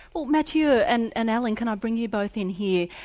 well matthieu and and alan can i bring you both in here,